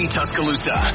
Tuscaloosa